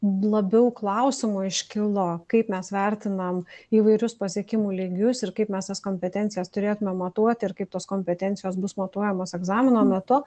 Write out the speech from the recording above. labiau klausimų iškilo kaip mes vertinam įvairius pasiekimų lygius ir kaip mes tas kompetencijas turėtume matuoti ir kaip tos kompetencijos bus matuojamos egzamino metu